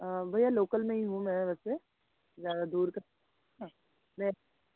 भैया लोकल मे हीं हूँ मै वैसे ज़्यादा दूर तो नहीं